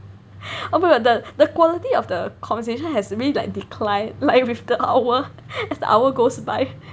oh my god the the quality of the conversation has really like declined with the hour as the hour goes by